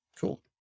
cool